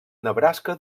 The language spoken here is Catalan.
nebraska